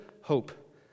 hope